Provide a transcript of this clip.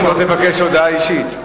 רק אל תבקש הודעה אישית.